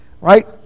right